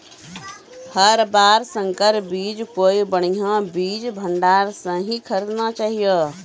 हर बार संकर बीज कोई बढ़िया बीज भंडार स हीं खरीदना चाहियो